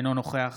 אינו נוכח